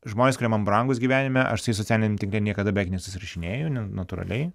žmonės kurie man brangūs gyvenime aš su jais socialiniam tinkle niekada beveik nesusirašinėju ne natūraliai